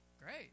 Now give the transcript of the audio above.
Great